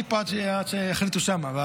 אני פה עד שיחליטו שם.